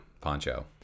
poncho